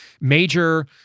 major